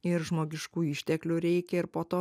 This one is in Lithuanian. ir žmogiškųjų išteklių reikia ir po to